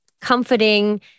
comforting